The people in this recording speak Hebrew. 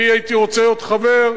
אני הייתי רוצה להיות חבר,